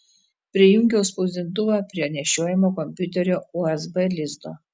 prijungiau spausdintuvą prie nešiojamo kompiuterio usb lizdo